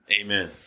Amen